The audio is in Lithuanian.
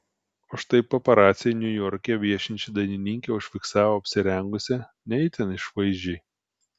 o štai paparaciai niujorke viešinčią dainininkę užfiksavo apsirengusią ne itin išvaizdžiai